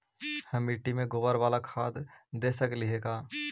हम मिट्टी में गोबर बाला खाद दे सकली हे का?